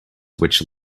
which